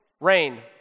rain